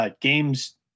games